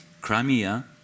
Crimea